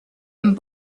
and